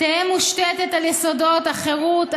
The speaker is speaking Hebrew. תהא מושתתת על יסודות החירות,